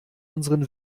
unseren